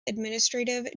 administrative